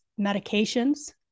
medications